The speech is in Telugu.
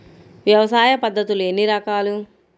వ్యవసాయ పద్ధతులు ఎన్ని రకాలు?